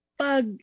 pag